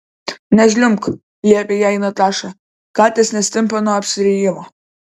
nežliumbk liepė jai nataša katės nestimpa nuo apsirijimo